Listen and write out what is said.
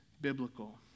biblical